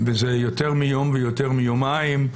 וזה יותר מיום ויותר מיומיים,